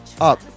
up